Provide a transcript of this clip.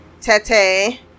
tete